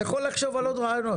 אתה יכול לחשוב על עוד רעיונות.